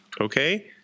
okay